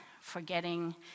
forgetting